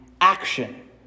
action